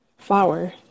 flour